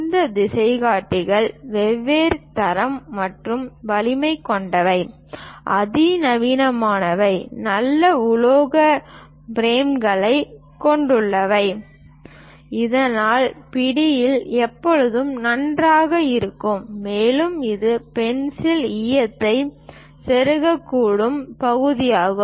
இந்த திசைகாட்டிகள் வெவ்வேறு தரம் மற்றும் வலிமை கொண்டவை அதிநவீனமானவை நல்ல உலோக பிரேம்களைக் கொண்டுள்ளன இதனால் பிடியில் எப்போதும் நன்றாக இருக்கும் மேலும் இது பென்சில் ஈயத்தை செருகக்கூடிய பகுதியாகும்